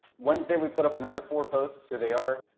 wednesday, we put up another four posts, here they are.